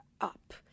up